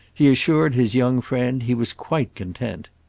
he assured his young friend he was quite content.